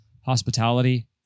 hospitality